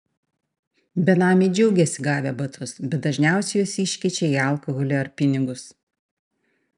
benamiai džiaugiasi gavę batus bet dažniausiai juos iškeičia į alkoholį ar pinigus